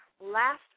last